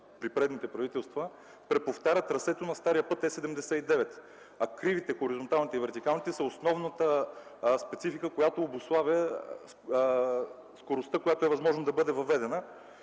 при предните правителства, преповтаря трасето на стария път Е-79, а хоризонталните и вертикалните криви са основната специфика, която обуславя скоростта, която е възможно да бъде въведена.